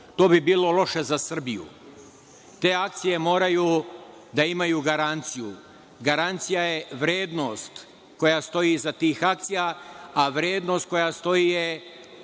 To bi bilo loše za Srbiju. Te akcije moraju da imaju garanciju. Garancija je vrednost koja stoji iza tih akcija, a vrednost koja stoji je